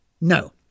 No